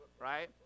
right